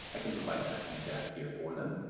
i can provide that feedback here for them.